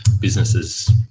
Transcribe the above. businesses